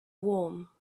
warm